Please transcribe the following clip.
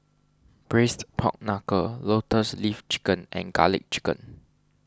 Braised Pork Knuckle Lotus Leaf Chicken and Garlic Chicken